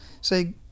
Say